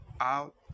out